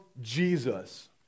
Jesus